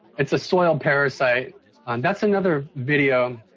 it's a soil parasite that's another video,